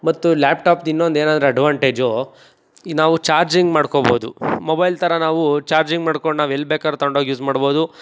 ಮತ್ತು ಲ್ಯಾಪ್ಟಾಪ್ದು ಇನ್ನೊಂದೇನೆಂದ್ರೆ ಅಡ್ವಾಂಟೇಜು ನಾವು ಚಾರ್ಜಿಂಗ್ ಮಾಡ್ಕೊಬೋದು ಮೊಬೈಲ್ ಥರ ನಾವು ಚಾರ್ಜಿಂಗ್ ಮಾಡ್ಕೊಂಡು ನಾವೆಲ್ಲಿ ಬೇಕಾರು ತೊಗೊಂಡೋಗಿ ಯೂಸ್ ಮಾಡ್ಬೋದು